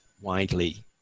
widely